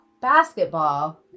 Basketball